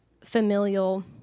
familial